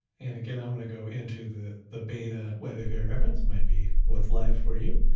and again, i'm going to go into the the beta, whether they be a reference might be what's live for you,